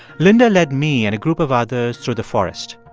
linda led me and a group of others through the forest.